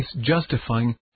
justifying